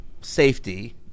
safety